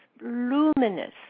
luminous